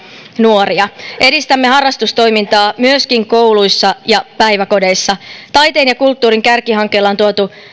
nuoria edistämme harrastustoimintaa myöskin kouluissa ja päiväkodeissa taiteen ja kulttuurin kärkihankkeella on tuotu